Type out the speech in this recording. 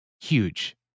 huge